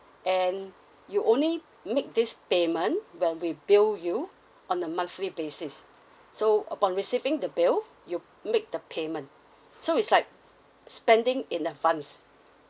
and you only make this payment when we bill you on the monthly basis so upon receiving the bill you make the payment so it's like spending in advance